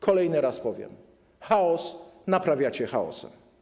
Kolejny raz powiem: chaos naprawiacie chaosem.